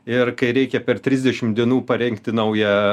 ir kai reikia per trisdešim dienų parengti naują